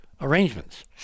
arrangements